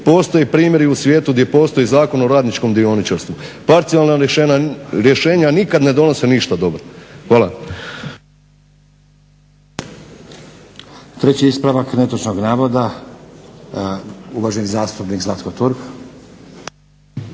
Postoje primjeri u svijetu gdje postoji Zakon o radničkom dioničarstvu. Parcijalna rješenja nikad ne donose ništa dobro. Hvala. **Stazić, Nenad (SDP)** Treći ispravak netočnog navoda, uvaženi zastupnik Zlatko Turk.